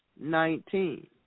nineteen